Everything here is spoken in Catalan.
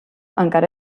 encara